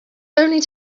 only